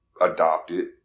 adopted